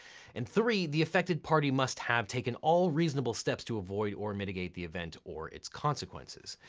and three, the affected party must have taken all reasonable steps to avoid or mitigate the event or its consequences.